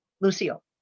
Lucille